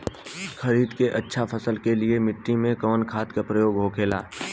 खरीद के अच्छी फसल के लिए मिट्टी में कवन खाद के प्रयोग होखेला?